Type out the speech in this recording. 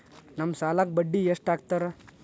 ನಮ್ ಸಾಲಕ್ ಬಡ್ಡಿ ಎಷ್ಟು ಹಾಕ್ತಾರ?